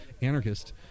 anarchist